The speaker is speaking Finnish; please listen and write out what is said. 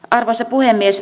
arvoisa puhemies